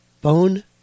phone